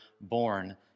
born